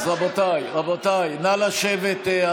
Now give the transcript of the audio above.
רבותיי, נא לשבת.